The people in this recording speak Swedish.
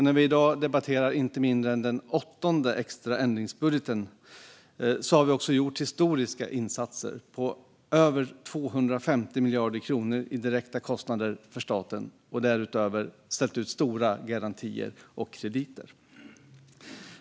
När vi i dag debatterar inte mindre än den åttonde extra ändringsbudgeten har vi gjort historiska insatser med över 250 miljarder kronor i direkta kostnader för staten och därutöver ställt ut stora garantier och krediter.